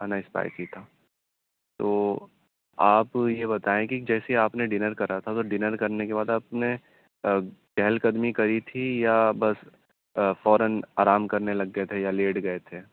کھانا اسپائسی تھا تو آپ یہ بتائیں کہ جیسے آپ نے ڈنر کرا تھا تو ڈنر کرنے کے بعد آپ نے چہل قدمی کری تھی یا بس فورآٓ آرام کرنے لگ گئے تھے یا لیٹ گئے تھے